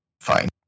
fine